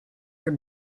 for